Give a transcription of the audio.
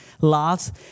laughs